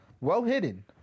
well-hidden